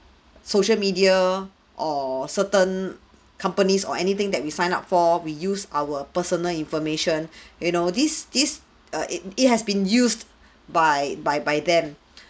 social media or certain companies or anything that we sign up for we use our personal information you know this this err it it has been used by by by them